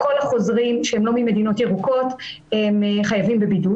כל החוזרים שהם לא ממדינות ירוקות חייבים בבידוד.